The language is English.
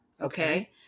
Okay